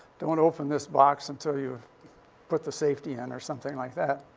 don't open this box until you've put the safety in or something like that.